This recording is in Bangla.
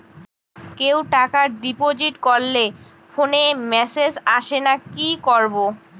কেউ টাকা ডিপোজিট করলে ফোনে মেসেজ আসেনা কি করবো?